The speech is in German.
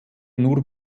nur